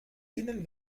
ihnen